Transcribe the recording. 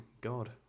God